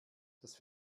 dass